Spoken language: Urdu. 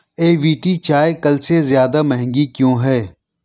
اے وی ٹی چائے کل سے زیادہ مہنگی کیوں ہے